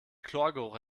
chlorgeruch